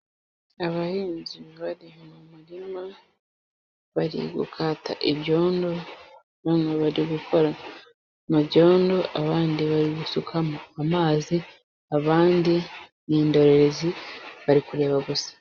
Abahinzi bari mu murima bari gukata ibyondo bamwe bari gukora mu byondo, abandi bari gusukamo amazi, abandi ni indorerezi bari kureba gusa.